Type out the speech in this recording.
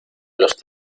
los